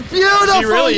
beautiful